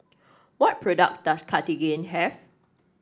what products does Cartigain have